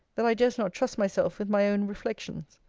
that i durst not trust myself with my own reflections.